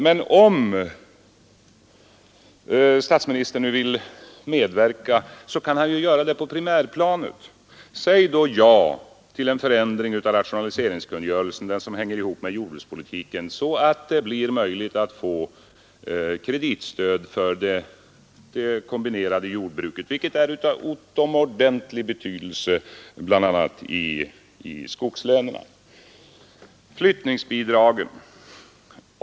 Men om statsministern nu vill medverka, så kan han ju göra det på primärplanet. Säg då ja till en förändring av rationaliseringskungörelsen den som hänger ihop med jordbrukspolitiken — så att det blir möjligt att få kreditstöd för det kombinerade jordbruket, vilket är av utomordentlig betydelse bl.a. i skogslänen. Så flyttningsbidragen!